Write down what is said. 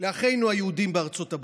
לאחינו היהודים בארצות הברית.